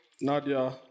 nadia